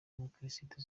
umukristu